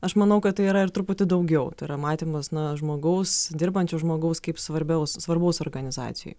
aš manau kad tai yra ir truputį daugiau tai yra matymas na žmogaus dirbančio žmogaus kaip svarbiau svarbaus organizacijoj